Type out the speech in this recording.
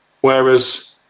Whereas